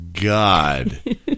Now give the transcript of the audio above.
God